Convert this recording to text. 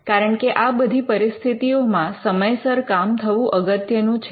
કારણ કે આ બધી પરિસ્થિતિઓમાં સમયસર કામ થવું અગત્યનું છે